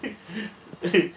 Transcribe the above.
I